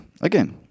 Again